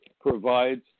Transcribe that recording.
provides